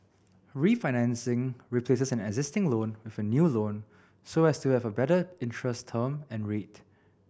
refinancing replaces an existing loan with a new loan so as to have a better interest term and rate